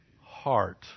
heart